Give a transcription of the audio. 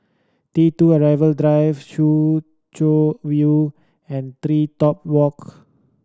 T Two Arrival Drive Soo Chow You and Three Top Walk